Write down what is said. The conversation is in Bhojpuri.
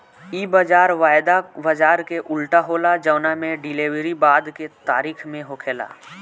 इ बाजार वायदा बाजार के उल्टा होला जवना में डिलेवरी बाद के तारीख में होखेला